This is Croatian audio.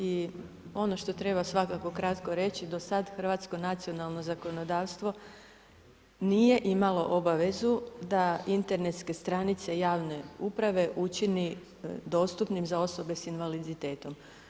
I ono što treba svakako kratko reći, do sada hrvatsko nacionalno zakonodavstvo nije imalo obavezu da internetske stranice javne uprave učini dostupnim za osobe sa invaliditetom.